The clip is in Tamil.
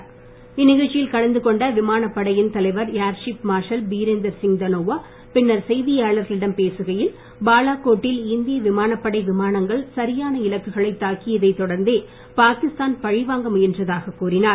தனோவா இந்நிகழ்ச்சியில் கலந்து கொண்ட விமானப்படையின் தலைவர் ஏர்சீப் மார்ஷல் பீரேந்தர் சிங் தனோவா பின்னர் செய்தியாளர்களிடம் பேசுகையில் பாலாகோட்டில் இந்திய விமானப்படை விமானங்கள் சரியான இலக்குகளை தாக்கியதைத் தொடர்ந்தே பாகிஸ்தான் பழிவாங்க முயன்றதாக கூறினார்